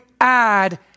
add